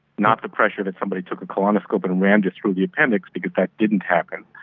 not the pressure that somebody took a colonoscope and rammed it through the appendix, because that didn't happen,